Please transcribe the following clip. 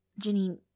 Janine